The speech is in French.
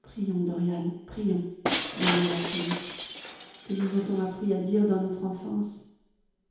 prions dorian prions murmura-t-il que nous a-t-on appris à dire dans notre enfance